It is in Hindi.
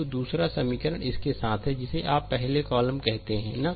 तो दूसरा समीकरण इसके साथ है जिसे आप पहले कॉलम कहते हैं है ना